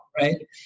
right